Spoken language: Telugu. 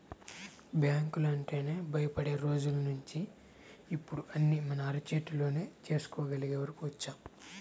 బ్యాంకులంటేనే భయపడే రోజుల్నించి ఇప్పుడు అన్నీ మన అరచేతిలోనే చేసుకోగలిగే వరకు వచ్చాం